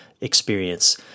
experience